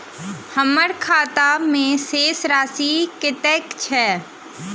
हम्मर खाता मे शेष राशि कतेक छैय?